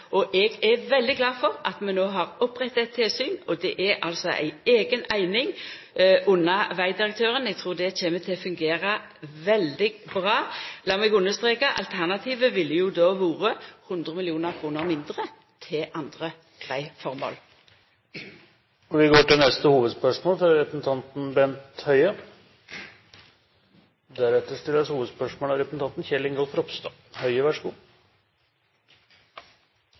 og eg er veldig glad for at vi no har oppretta eit tilsyn, og det er altså ei eiga eining under vegdirektøren. Eg trur det kjem til å fungera veldig bra. Lat meg understreka at alternativet ville ha vore 100 mill. kr mindre til andre vegformål. Vi går til neste hovedspørsmål. Mitt spørsmål går til statsråd Aasland. Gjennom VG Nett i